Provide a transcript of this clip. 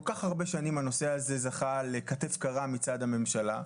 במשך כל כך הרבה שנים הנושא הזה זכה לכתף קרה מצד הממשלה.